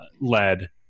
led